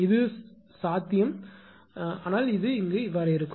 இது சாத்தியம் என்று சொல்லுங்கள் ஆனால் இது இங்கு இருக்கும்